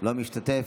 לא משתתף?